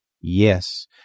Yes